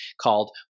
called